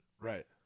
right